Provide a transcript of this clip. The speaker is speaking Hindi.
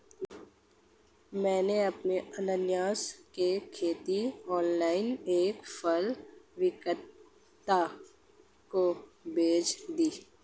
मैंने अपनी अनन्नास की खेती ऑनलाइन एक फल विक्रेता को बेच दी